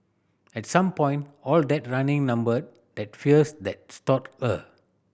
at some point all that running numbed that fears that stalked her